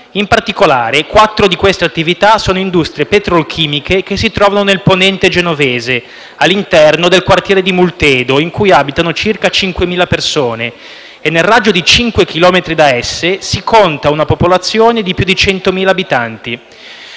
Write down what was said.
In particolare, quattro di queste attività sono industrie petrolchimiche, che si trovano nel Ponente genovese, all'interno del quartiere di Moltedo, in cui abitano circa 5.000 persone; nel raggio di 5 chilometri da esse, si conta una popolazione di più di 100.000 abitanti.